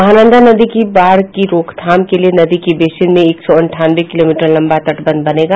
महानंदा नदी की बाढ़ की रोकथाम के लिए नदी की बेसिन में एक सौ अंठानवे किलोमीटर लंबा तटबंध बनेगा